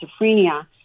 schizophrenia